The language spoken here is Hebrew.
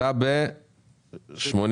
ב-81